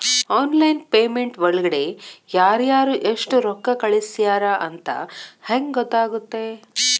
Online payment ಒಳಗಡೆ ಯಾರ್ಯಾರು ಎಷ್ಟು ರೊಕ್ಕ ಕಳಿಸ್ಯಾರ ಅಂತ ಹೆಂಗ್ ಗೊತ್ತಾಗುತ್ತೆ?